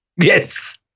Yes